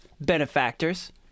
benefactors